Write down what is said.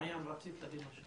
מעיין, רצית להגיד משהו.